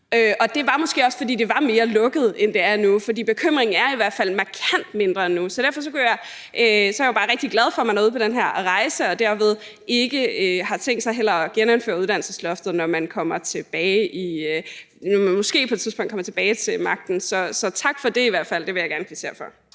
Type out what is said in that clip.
og det var måske også, fordi det var mere lukket, end det er nu, for bekymringen er i hvert fald markant mindre nu. Så derfor er jeg jo bare rigtig glad for, at man var ude på den her rejse og derved heller ikke har tænkt sig at genindføre uddannelsesloftet, når man måske på et tidspunkt kommer tilbage til magten. Så tak for det i hvert fald. Det vil jeg gerne kvittere for.